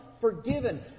forgiven